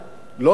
לא מיידית,